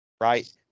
right